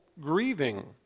grieving